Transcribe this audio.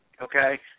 Okay